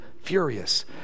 furious